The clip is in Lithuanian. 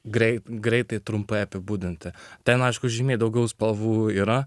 greit greitai trumpai apibūdinta ten aišku žymiai daugiau spalvų yra